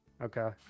okay